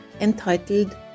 entitled